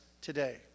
today